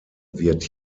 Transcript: wird